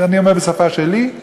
אני אומר בשפה שלי,